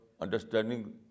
understanding